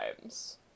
times